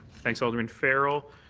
thanks alderman farrell.